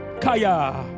kaya